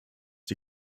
die